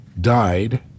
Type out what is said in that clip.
died